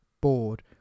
bored